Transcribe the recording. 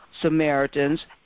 Samaritans